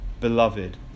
beloved